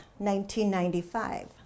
1995